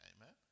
Amen